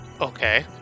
Okay